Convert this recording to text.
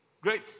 great